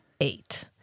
eight